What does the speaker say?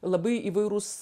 labai įvairūs